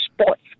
sports